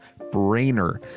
brainer